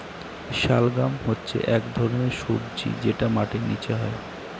শালগাম হচ্ছে এক ধরনের সবজি যেটা মাটির নীচে হয়